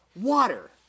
Water